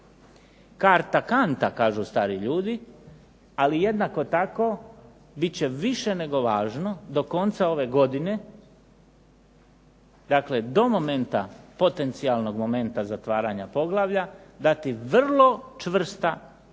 Karta kanta" kažu stari ljudi ali jednako tako bit će više nego važno do konca ove godine, dakle do momenta, potencijalnog momenta zatvaranja poglavlja dati vrlo čvrsta uvjerenja